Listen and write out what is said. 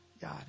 God